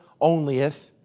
onlyeth